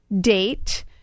date